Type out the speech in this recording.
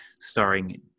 starring